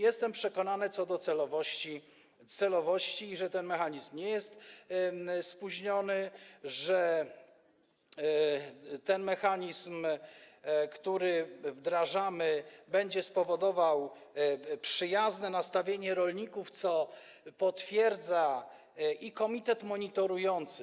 Jestem przekonany co do celowości i co do tego, że ten mechanizm nie jest spóźniony, że ten mechanizm, który wdrażamy, będzie powodował przyjazne nastawienie rolników, co potwierdza komitet monitorujący.